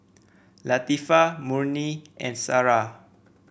Latifa Murni and Sarah